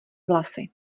vlasy